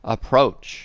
Approach